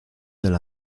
del